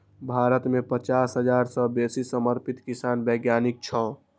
भारत मे पचास हजार सं बेसी समर्पित कृषि वैज्ञानिक छै